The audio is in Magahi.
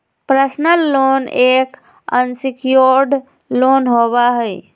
पर्सनल लोन एक अनसिक्योर्ड लोन होबा हई